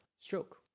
stroke